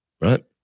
right